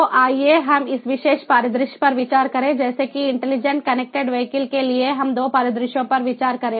तो आइए हम एक विशेष परिदृश्य पर विचार करें जैसे कि इंटेलिजेंट कनेक्टेड वीहिकल के लिए हम 2 परिदृश्यों पर विचार करें